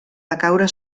decaure